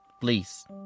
please